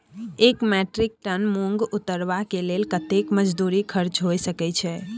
एक metric ton मूंग उतरबा के लेल कतेक मजदूरी खर्च होय सकेत छै?